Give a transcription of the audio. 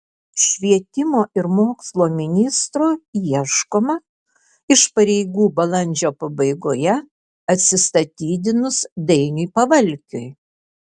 švietimo ir mokslo ministro ieškoma iš pareigų balandžio pabaigoje atsistatydinus dainiui pavalkiui